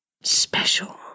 special